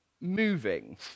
moving